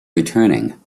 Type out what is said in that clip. returning